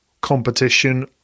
competition